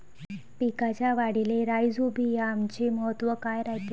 पिकाच्या वाढीले राईझोबीआमचे महत्व काय रायते?